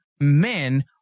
men